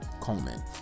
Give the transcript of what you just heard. Coleman